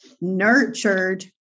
nurtured